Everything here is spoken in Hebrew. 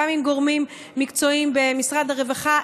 גם עם גורמים מקצועיים במשרד הרווחה,